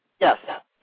Yes